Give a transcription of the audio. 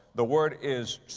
the word is